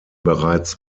bereits